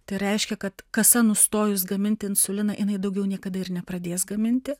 tai reiškia kad kasa nustojus gaminti insuliną jinai daugiau niekada ir nepradės gaminti